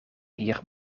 hier